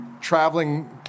traveling